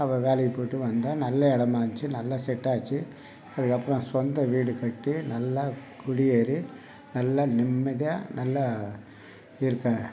வேலைக்குப் போய்ட்டு வந்தேன் நல்லா இடமா இருந்திச்சு நல்ல செட் ஆச்சு அதுக்கப்புறம் சொந்த வீடு கட்டி நல்லா குடியேறி நல்லா நிம்மதியாக நல்லா இருக்கேன்